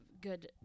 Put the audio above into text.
good